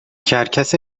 کرکس